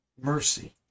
mercy